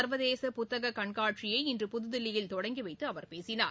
சர்வதேச புத்தக கண்காட்சியை இன்று புதுதில்லியில் தொடங்கிவைத்து அவர் பேசினார்